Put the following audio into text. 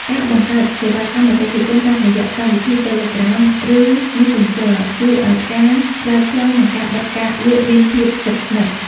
ការបង្កើតសេវាកម្មអតិថិជនតាមរយៈកម្មវិធីតេឡេក្រាម ឬមេសសិនជើ ជួយឱ្យការឆ្លើយឆ្លង និងការបិទការលក់មានភាពជិតស្និទ្ធ។